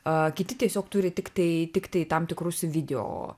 a kiti tiesiog turi tiktai tiktai tam tikrus video